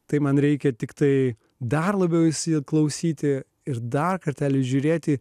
tai man reikia tiktai dar labiau įsiklausyti ir dar kartelį žiūrėti